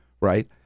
right